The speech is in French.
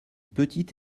petite